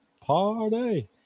Party